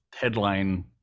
headline